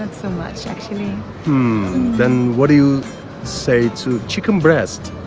and so much actually i mean then what do you say to chicken breast?